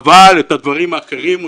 אבל את הדברים האחרים,